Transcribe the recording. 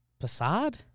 Facade